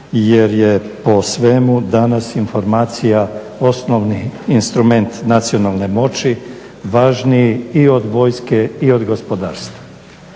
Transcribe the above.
jer je po svemu danas informacija osnovni instrument nacionalne moći važniji i od vojske i od gospodarstva.